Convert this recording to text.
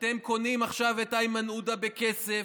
אתם קונים עכשיו את איימן עודה בכסף,